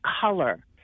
color